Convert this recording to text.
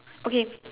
okay